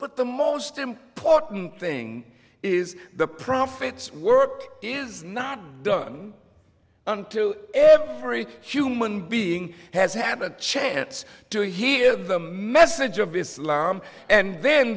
but the most important thing is the prophets work is not done until every human being has had a chance to hear the message of islam and then